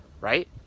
right